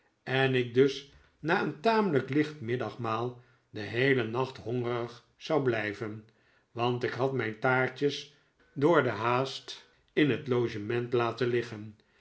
en ik dus na een tamelijk licht middagmaal den heelen nacht hongerig zou blijven want ik had mijn taartjes door de haast in het logement laten liggen